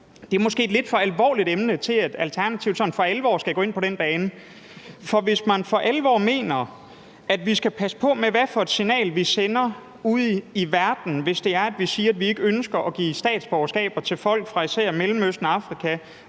danskerne et lidt for alvorligt emne til, at Alternativet sådan for alvor skal gå ind på den bane. For hvis man for alvor mener, at vi skal passe på med, hvad for et signal vi sender ud i verden, hvis vi siger, at vi ikke ønsker at give statsborgerskab til folk fra især Mellemøsten og Afrika